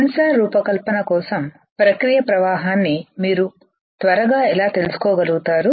censor రూపకల్పన కోసం ప్రక్రియ ప్రవాహాన్ని మీరు త్వరగా ఎలా తెలుసుకోగలుగుతారు